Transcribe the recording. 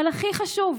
אבל הכי חשוב,